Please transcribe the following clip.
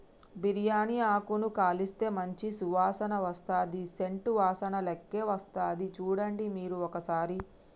బిరియాని ఆకును కాలిస్తే మంచి సువాసన వస్తది సేంట్ వాసనలేక్క వస్తది చుడండి మీరు ఒక్కసారి